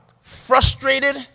Frustrated